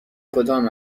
کدام